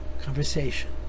conversation